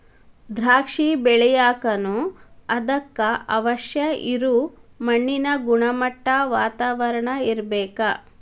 ದ್ರಾಕ್ಷಿ ಬೆಳಿಯಾಕನು ಅದಕ್ಕ ಅವಶ್ಯ ಇರು ಮಣ್ಣಿನ ಗುಣಮಟ್ಟಾ, ವಾತಾವರಣಾ ಇರ್ಬೇಕ